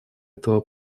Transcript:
этого